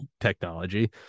technology